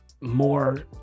more